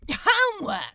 Homework